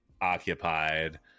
occupied